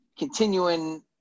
Continuing